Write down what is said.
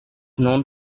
known